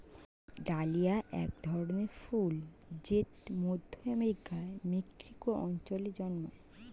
dahlia এক ধরনের ফুল জেট মধ্য আমেরিকার মেক্সিকো অঞ্চলে জন্মায়